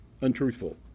Untruthful